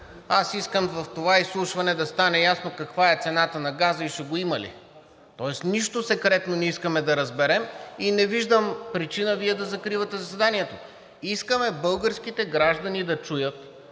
Искам в това изслушване да стане ясно каква е цената на газа и ще го има ли, тоест нищо секретно не искаме да разберем и не виждам причина Вие да закривате заседанието. Искаме българските граждани да чуят,